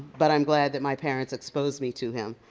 but i'm glad that my parents exposed me to him.